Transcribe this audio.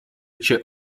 cię